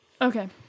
Okay